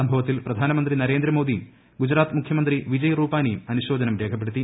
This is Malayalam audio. സംഭവത്തിൽ പ്രധാനമന്ത്രി നരേന്ദ്രമോദിയും ഗുജറാത്ത് മുഖ്യമന്ത്രി വിജയ് റൂപാനിയും അനുശോചനം രേഖപ്പെടുത്തി